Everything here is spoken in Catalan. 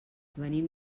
venim